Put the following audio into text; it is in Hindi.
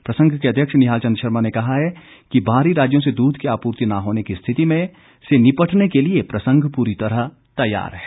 प्रसंघ के अध्यक्ष निहाल चंद शर्मा ने कहा है कि बाहरी राज्यों से दूध की आपूर्ति न होने की स्थिति से निपटने के लिए प्रसंघ पूरी तरह तैयार है